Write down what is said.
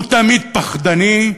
הוא תמיד פחדני.